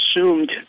assumed